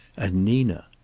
and nina.